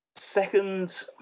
Second